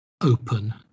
open